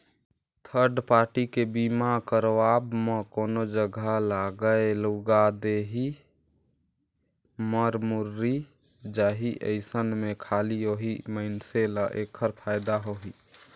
third party के बीमा करवाब म कोनो जघा लागय लूगा देही, मर मुर्री जाही अइसन में खाली ओही मइनसे ल ऐखर फायदा होही